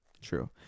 True